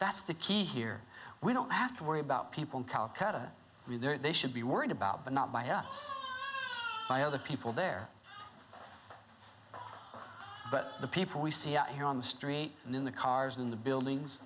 that's the key here we don't have to worry about people in calcutta they should be worried about but not by us by other people there but the people we see out here on the street and in the cars in the buildings